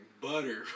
butter